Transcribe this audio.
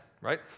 right